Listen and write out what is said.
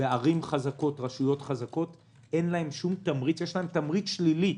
בערים חזקות יש תמריץ שלילי.